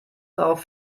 auf